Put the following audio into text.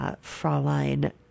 Fraulein